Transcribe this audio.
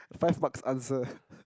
five marks answer